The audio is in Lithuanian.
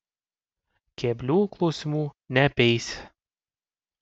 keblių klausimų neapeisi